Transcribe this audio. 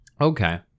Okay